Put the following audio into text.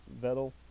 Vettel